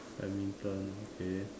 badminton okay